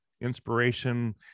inspiration